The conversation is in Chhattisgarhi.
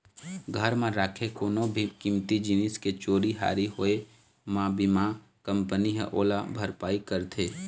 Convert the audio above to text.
घर म राखे कोनो भी कीमती जिनिस के चोरी हारी होए म बीमा कंपनी ह ओला भरपाई करथे